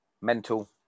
mental